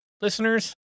Listeners